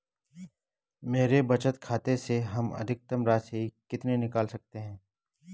मेरे बचत खाते से हम अधिकतम राशि कितनी निकाल सकते हैं?